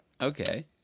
Okay